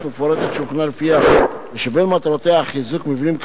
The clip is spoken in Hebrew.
מפורטת שהוכנה לפיה ושבין מטרותיה חיזוק מבנים כאמור,